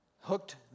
hooked